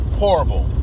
horrible